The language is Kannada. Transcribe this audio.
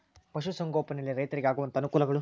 ಪಶುಸಂಗೋಪನೆಯಲ್ಲಿ ರೈತರಿಗೆ ಆಗುವಂತಹ ಅನುಕೂಲಗಳು?